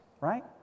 Right